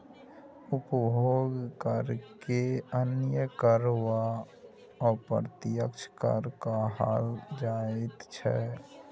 उपभोग करकेँ अन्य कर वा अप्रत्यक्ष कर कहल जाइत छै